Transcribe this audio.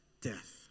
death